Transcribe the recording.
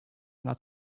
not